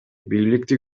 бийликти